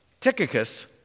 Tychicus